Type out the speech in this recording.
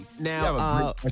now